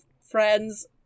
friends